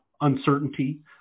uncertainty